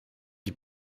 die